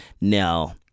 now